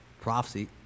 prophecy